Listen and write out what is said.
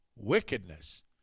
Wickedness